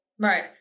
Right